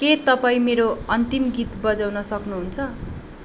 के तपाईँ मेरो अन्तिम गीत बजाउन सक्नुहुन्छ